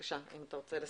בבקשה, אם אתה רוצה לסכם.